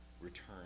return